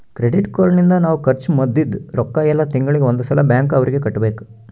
credit card ನಿಂದ ನಾವ್ ಖರ್ಚ ಮದಿದ್ದ್ ರೊಕ್ಕ ಯೆಲ್ಲ ತಿಂಗಳಿಗೆ ಒಂದ್ ಸಲ ಬ್ಯಾಂಕ್ ಅವರಿಗೆ ಕಟ್ಬೆಕು